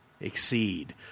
exceed